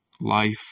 life